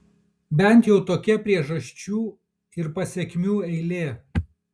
bent jau tokia priežasčių ir pasekmių eilė